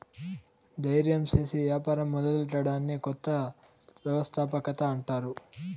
దయిర్యం సేసి యాపారం మొదలెట్టడాన్ని కొత్త వ్యవస్థాపకత అంటారు